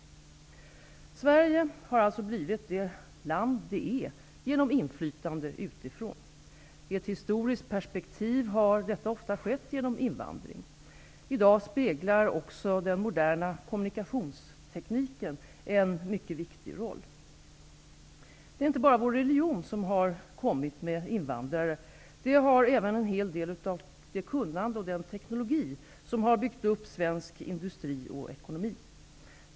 Sverige har alltså blivit det land som det är genom inflytande utifrån. I ett historiskt perspektiv har detta ofta skett genom invandring. I dag spelar också den moderna kommunikationstekniken en mycket viktig roll. Det är inte bara vår religion som har kommit med invandrare, det har även en hel del av det kunnande och den teknologi som byggt upp svensk industri och ekonomi.